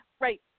Right